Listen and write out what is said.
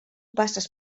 passes